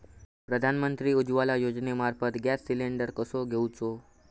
प्रधानमंत्री उज्वला योजनेमार्फत gas cylinder कसो घेऊचो?